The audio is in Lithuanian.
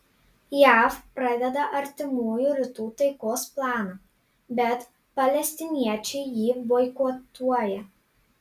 jav pradeda artimųjų rytų taikos planą bet palestiniečiai jį boikotuoja